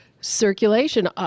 circulation